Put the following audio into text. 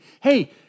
hey